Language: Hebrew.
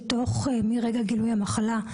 שמרגע גילוי המחלה,